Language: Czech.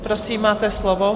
Prosím, máte slovo.